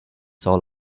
soul